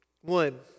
One